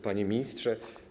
Panie Ministrze!